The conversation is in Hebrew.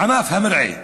ענף המרעה.